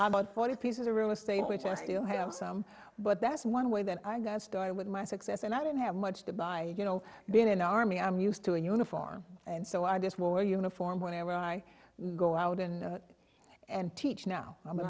about forty pieces a real estate which i still have some but that's one way that i got started with my success and i don't have much to buy you know being an army i'm used to in uniform and so i just wore uniform whenever i go out and and teach now i'm a